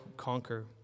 conquer